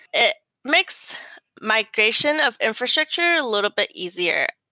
it makes migration of infrastructure a little bit easier,